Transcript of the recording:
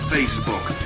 Facebook